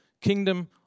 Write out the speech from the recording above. kingdom